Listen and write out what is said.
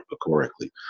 correctly